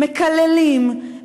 מקללים,